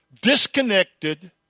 disconnected